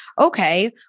Okay